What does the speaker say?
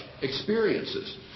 experiences